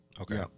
okay